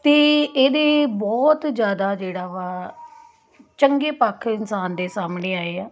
ਅਤੇ ਇਹਦੇ ਬਹੁਤ ਜ਼ਿਆਦਾ ਜਿਹੜਾ ਵਾ ਚੰਗੇ ਪੱਖ ਇਨਸਾਨ ਦੇ ਸਾਹਮਣੇ ਆਏ ਆ